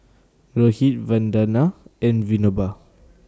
Rohit Vandana and Vinoba